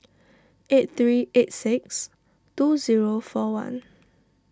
eight three eight six two zero four one